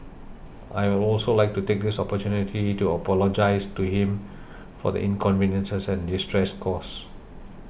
I will also like to take this opportunity to apologise to him for the inconveniences and distress caused